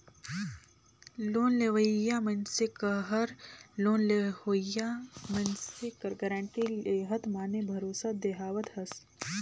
loan लेवइया मइनसे कहर लोन लेहोइया मइनसे कर गारंटी लेहत माने भरोसा देहावत हस